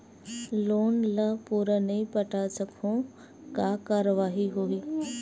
Loan ला पूरा नई पटा सकहुं का कारवाही होही?